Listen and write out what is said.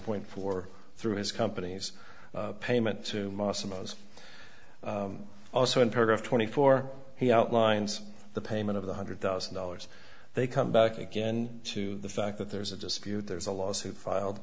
point four through his company's payment to maslow's also in progress twenty four he outlines the payment of the hundred thousand dollars they come back again to the fact that there's a dispute there's a lawsuit filed